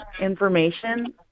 information